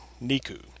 Niku